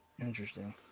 interesting